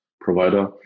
provider